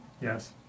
Yes